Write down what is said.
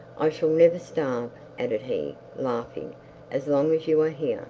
i shall never starve added he, laughing as long as you are here